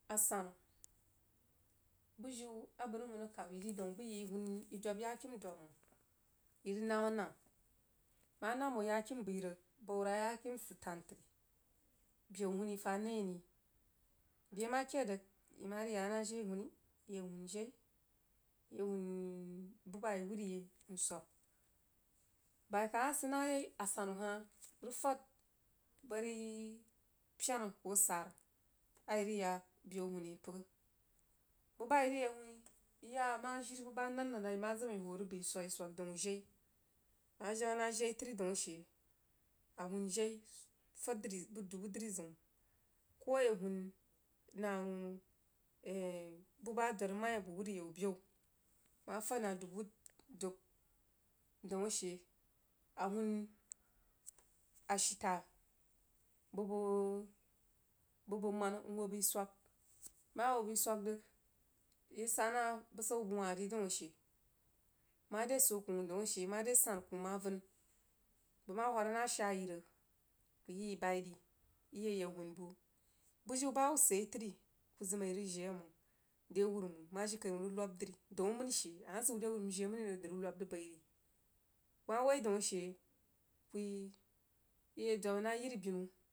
A sannu bujiu a bəg rig whəd a sanu daun bəg yi yi dub yakim dab mang yi rig namah nam bəg mah nam hoh yakim bəi rig baura yakim sid tan tri beu huni fah nai ri beh mah khad rig yí mah rig yah na jai huuni yi yeg huun bubah a yi rig swabah yai bai kah mah sid nah yai a sannu hah rig fad bəri pena koh sara a yi rig ya ben huni a pəgya bubah a yi rig yag huuni yi yah nah jiri bubah amah nannan a yi mah zəm yī hoo rig bəi swaghi swag daun jai bəg mah jang nah jai tri daun ashe nəng huun rig fad nah jai tri daun ashe nəng huun rig fed buh dubu driziun koh a ya hun nang buba adur maí abəg whar ayau ben mah fad nah dubu dub daun ashe a huun ashita bubəg bubəg mannah nhoo bəi swag bəg mah hoo bəi swag rig yi rig sah nah busau bəg wah ri daun ashe mare swoh kwoh daun ashe mere sannu kwoh wah vən bəg mah huwhad nah shaa yi rig kuh yi yi bəi ri yi yag yi yag huun buh bujiu ba hubba sid yai trí kuh zəm a yi rig jie mang deh wuruh mang meh jirikaimang rig luhb dri daun amani she amah zəu rewuru mjii aman rig dri wuh lub rig bai ri kuh mah daun ashe kuh yi kuh dwabah na yiribinu.